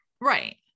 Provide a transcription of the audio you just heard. Right